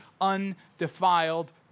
undefiled